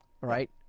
right